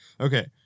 okay